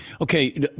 Okay